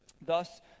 Thus